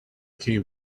came